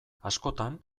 askotan